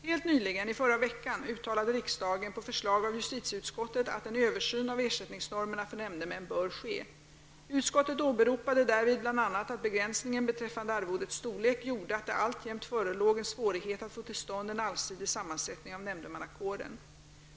Helt nyligen -- i förra veckan -- uttalade riksdagen på förslag av justitieutskottet att en översyn av ersättningsnormerna för nämndemän bör ske. Utskottet åberopade därvid bl.a. att begränsningen beträffande arvodets storlek gjorde att det alltjämt förelåg en svårighet att få till stånd en allsidig sammansättning av nämndemannakåren.